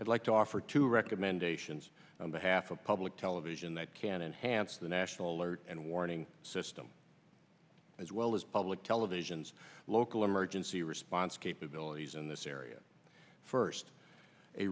i'd like to offer two recommendations on behalf of public television that can enhance the national alert and warning system as well as public television's local emergency response capabilities in this area first a